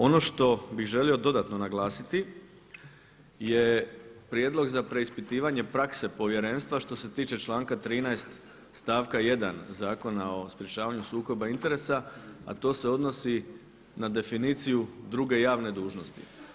Ono što bi želio dodatno naglasiti je prijedlog za preispitivanje prakse povjerenstva što se tiče članka 13. stavka 1. Zakona o sprječavanju sukoba interesa a to se odnosi na definiciju druge javne dužnosti.